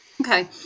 Okay